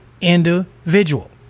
individual